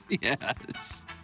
Yes